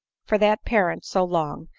for that parent, so long,